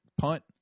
punt